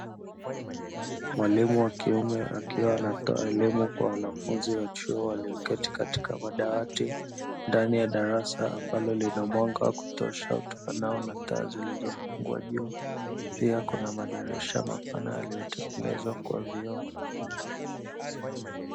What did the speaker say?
Mwalimu wa kiume akiwa anatoa elimu kwa wanafunzi wa chuo walioketi katika madawati ndani ya darasa ambalo linamwanga wa kutosha utokanao na taa zilizofungwa juu, pia kuna madirisha mapana yaliyotengenezwa kwa vioo.